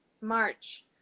March